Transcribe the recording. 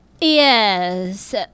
Yes